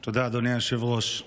תודה, אדוני היושב-ראש.